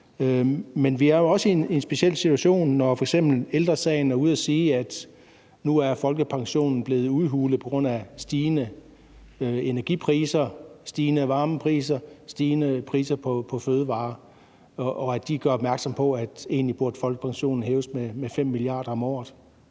Men vi er jo også i en speciel situation, når f.eks. Ældre Sagen er ude at sige, at nu er folkepensionen blevet udhulet på grund af stigende energipriser, stigende varmepriser, stigende priser på fødevarer, og gør opmærksom på, at folkepensionen egentlig burde hæves med 5 mia. kr. om året.